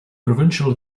provincial